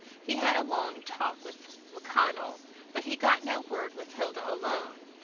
he had a long talk with macconnell, but he got no word with hilda alone,